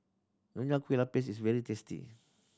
Nonya Kueh Lapis is very tasty